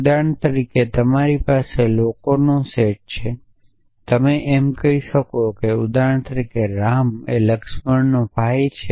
ઉદાહરણ તરીકે તમારી પાસે લોકોનો સેટ હોઈ શકે છે અને તમે એમ કહી શકો કે ઉદાહરણ તરીકે રામ લક્ષ્મણનો ભાઈ છે